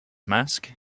mask